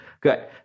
Good